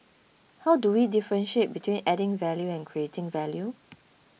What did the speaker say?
how do we differentiate between adding value and creating value